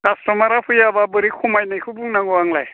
कासट'मारा फैआब्ला बोरै खमायनायखौ बुंनांगौ आंलाय